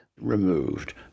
Removed